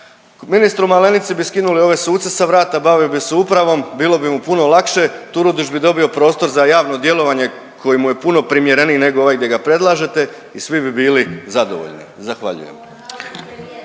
Ministru Malenici bi skinuli ove suce sa vrata, bavio bi se upravom, bilo bi mu puno lakše, Turudić bi dobio prostor za javno djelovanje koji mu je puno primjereniji nego ovaj gdje ga predlažete i svi bi bili zadovoljni, zahvaljujem.